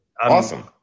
Awesome